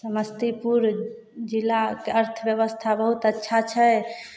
समस्तीपुर जिलाके अर्थव्यवस्था बहुत अच्छा छै